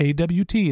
AWT